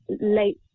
late